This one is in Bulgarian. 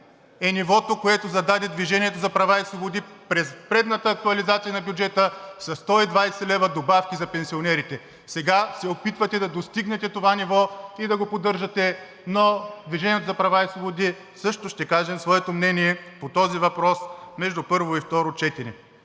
е нивото, което зададе „Движение за права и свободи“ през предната актуализация на бюджета – със 120 лв. добавки за пенсионерите. Сега се опитвате да достигнете това ниво и да го поддържате, но „Движение за права и свободи“ също ще кажем своето мнение по този въпрос между първо и второ четене.